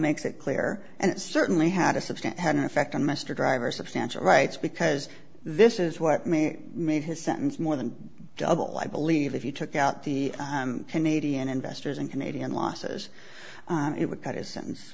makes it clear and it certainly had assistant had an effect on mr driver substantial rights because this is what may made his sentence more than double i believe if you took out the canadian investors and canadian losses it would cut his sentence